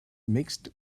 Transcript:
mixed